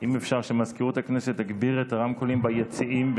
אם אפשר שמזכירות הכנסת תגביר את הרמקולים ביציעים,